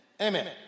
Amen